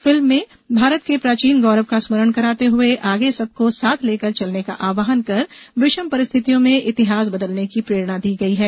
film में भारत के प्राचीन गौरव का स्मरण दिलाते हुए आगे सबको साथ लेकर चलने का आहवान कर विषम परिस्थितियों में इतिहास बदलने की प्रेरणा दी गई है